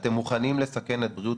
אתה יודע לרקדן רע אז הרצפה עקומה.